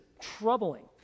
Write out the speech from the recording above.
troubling